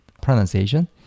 pronunciation